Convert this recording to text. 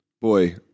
Boy